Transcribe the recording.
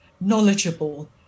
knowledgeable